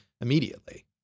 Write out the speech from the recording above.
immediately